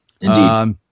indeed